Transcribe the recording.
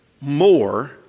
more